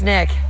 Nick